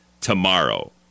tomorrow